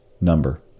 number